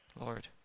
Lord